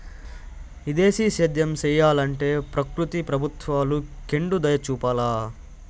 ఈ దేశీయ సేద్యం సెయ్యలంటే ప్రకృతి ప్రభుత్వాలు కెండుదయచూపాల